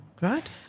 Right